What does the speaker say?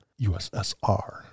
USSR